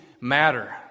matter